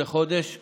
יש דיון.